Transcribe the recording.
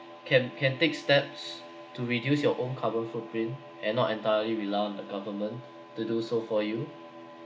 can can take steps to reduce your own carbon footprint and not entirely rely on the government to do so for you